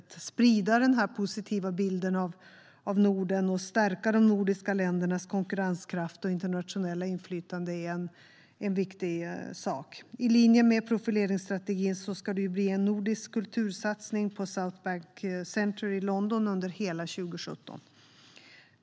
Att sprida denna positiva bild av Norden och att stärka de nordiska ländernas konkurrenskraft och internationella inflytande är något viktigt. I linje med profileringsstrategin ska det bli en nordisk kultursatsning på Southbank Centre i London under hela 2017.